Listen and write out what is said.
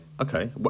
Okay